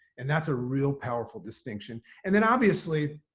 and that's a real powerful distinction. and then obviously,